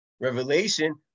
revelation